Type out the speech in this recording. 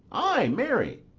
ay, marry,